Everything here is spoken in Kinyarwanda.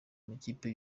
amakipe